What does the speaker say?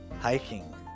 hiking